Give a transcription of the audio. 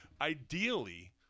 Ideally